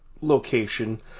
location